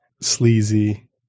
sleazy